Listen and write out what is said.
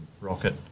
Rocket